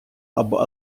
або